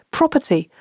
property